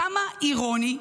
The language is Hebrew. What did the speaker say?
כמה אירוני,